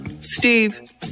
Steve